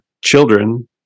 children